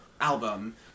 album